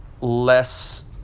less